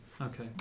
okay